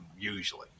usually